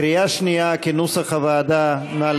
כנוסח הוועדה, בקריאה שנייה.